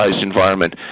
environment